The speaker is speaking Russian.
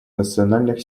национальных